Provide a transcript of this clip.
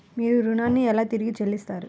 మీరు ఋణాన్ని ఎలా తిరిగి చెల్లిస్తారు?